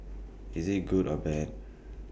is IT good or bad